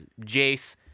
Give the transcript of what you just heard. Jace